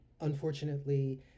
unfortunately